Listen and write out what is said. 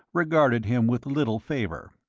regarded him with little favour.